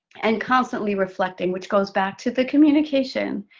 and constantly reflecting, which goes back to the communication.